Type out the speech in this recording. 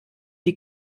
die